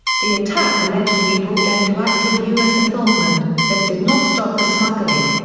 the attack allegedly brought end to active us involvement, but did not stop the smuggling.